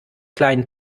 kleinen